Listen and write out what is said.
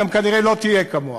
וגם כנראה לא תהיה כמוה.